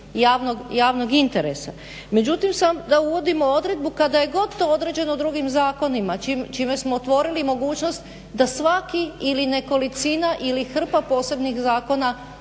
javnog interesa. Međutim, sada uvodimo odredbu kada je god to određeno drugim zakonima čime smo otvorili i mogućnost da svaki ili nekolicina ili hrpa posebnih zakona